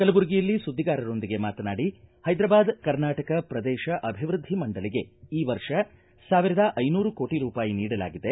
ಕಲಬುರಗಿಯಲ್ಲಿ ಸುದ್ದಿಗಾರರೊಂದಿಗೆ ಮಾತನಾಡಿ ಹೈದ್ರಾಬಾದ ಕರ್ನಾಟಕ ಪ್ರದೇಶ ಅಭಿವೃದ್ದಿ ಮಂಡಳಿಗೆ ಈ ವರ್ಷ ಸಾವಿರದಾ ಐನೂರು ಕೋಟಿ ರೂಪಾಯಿ ನೀಡಲಾಗಿದೆ